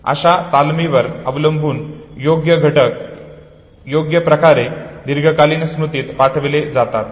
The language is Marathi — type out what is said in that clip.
आता तालमीवर अवलंबून घटक योग्य प्रकारे दीर्घकालीन स्मृतीत पाठविले जातात